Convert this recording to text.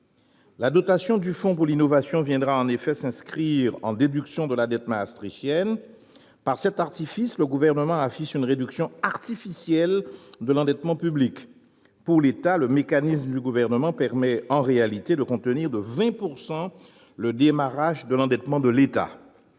la dotation du fonds pour l'innovation viendra s'inscrire en déduction de la dette maastrichtienne. Par cet artifice, le Gouvernement affiche une réduction artificielle de l'endettement public. Le mécanisme du Gouvernement permet, en réalité, de contenir de 20 % le dérapage de l'endettement de l'État.